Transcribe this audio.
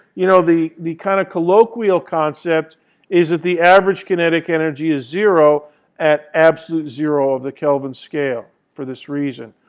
you know, the the kind of colloquial concept is that the average kinetic energy is zero at absolute zero of the kelvin scale for this reason.